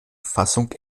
fassung